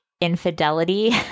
infidelity